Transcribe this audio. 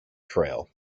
trail